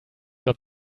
got